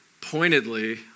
pointedly